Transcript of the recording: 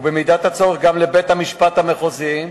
ובמידת הצורך גם לבית-המשפט המחוזי,